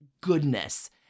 goodness